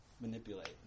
manipulate